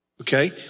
okay